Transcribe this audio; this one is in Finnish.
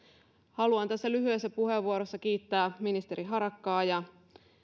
haluan tässä lyhyessä puheenvuorossa kiittää ministeri harakkaa ja